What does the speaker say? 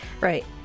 Right